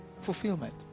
Fulfillment